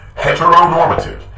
heteronormative